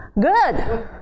good